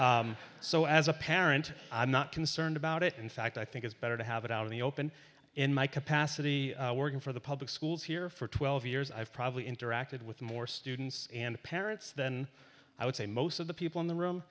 watertown so as a parent i'm not concerned about it in fact i think it's better to have it out in the open in my capacity working for the public schools here for twelve years i've probably interacted with more students and parents than i would say most of the people in the room